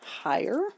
higher